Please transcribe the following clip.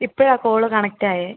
ഇപ്പഴാണ് call connect ആയത്